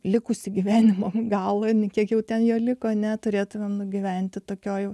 likusi gyvenimo galo nei kiek jau ten jo liko neturėtumėme nugyventi tokioje